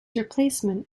replacement